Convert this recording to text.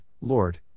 Lord